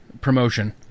promotion